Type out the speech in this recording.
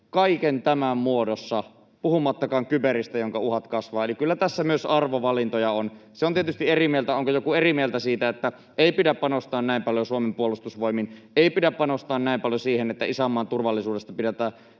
kaiken tämän muodossa puhumattakaan kyberistä, jonka uhat kasvavat. Eli kyllä tässä on myös arvovalintoja. Se on tietysti eri asia, onko joku eri mieltä, että ei pidä panostaa näin paljon Suomen puolustusvoimiin, ei pidä panostaa näin paljon siihen, että isänmaan turvallisuudesta pidetään